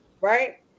Right